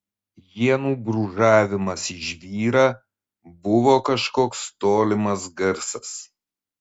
ienų brūžavimas į žvyrą buvo kažkoks tolimas garsas